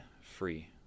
free